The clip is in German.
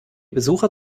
besucher